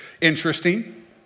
interesting